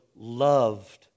loved